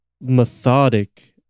methodic